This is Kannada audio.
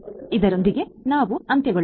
ಆದ್ದರಿಂದ ಇದರೊಂದಿಗೆ ನಾವು ಅಂತ್ಯಗೊಳ್ಳುತ್ತೇವೆ